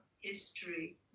history